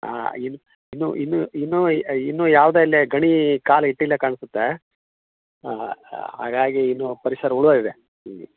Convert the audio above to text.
ಹಾಂ ಇನ್ನು ಇನ್ನು ಇನ್ನು ಇನ್ನು ಯಾ ಇನ್ನು ಯಾವ್ದು ಅಲ್ಲಿ ಗಣೀ ಕಾಲಿಟ್ಟಿಲ್ಲ ಕಾಣ್ಸುತ್ತೆ ಹಾಂ ಹಾಂ ಹಾಗಾಗಿ ಇನ್ನು ಪರಿಸರ ಉಳಿವ ಹಾಗಿದೆ